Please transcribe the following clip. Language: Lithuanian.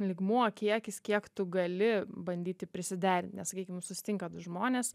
lygmuo kiekis kiek tu gali bandyti prisiderint nes sakykim susitinka du žmonės